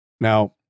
Now